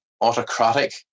autocratic